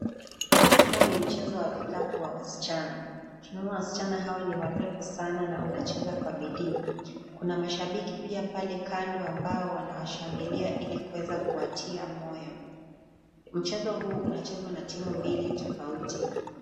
Huu ni mchezo wa vikapu wa wasichana, tunaona wasichana hawa ni warefu sana na wanacheza kwa bidii, kuna mashabiki pia pale kando ambao wanashangilia ili kuweza kuwatia moyo. Mchezo huu unachezwa na timu mbili tofauti.